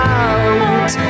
out